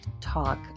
talk